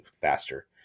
faster